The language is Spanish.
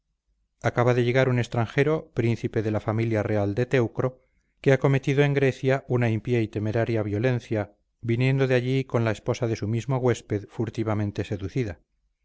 acaba de llegar un extranjero príncipe de la familia real de teucro que ha cometido en grecia una impía y temeraria violencia viniendo de allí con la esposa de su mismo huésped furtivamente seducida